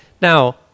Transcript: Now